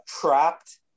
trapped